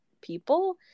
people